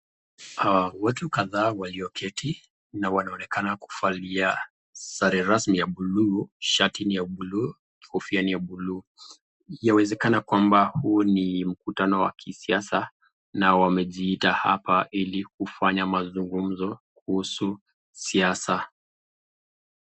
Watu kadhaa waliyoketi na wanaonekana kuvalia sare rasmi ya buluu, shati ya buluu, kofia ya buluu. Yanawezekana kwamba huu ni mkutano ya kisiasa na wamejiita hapa hili kufanya mazungumzo kuhusu siasa.